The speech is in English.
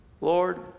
Lord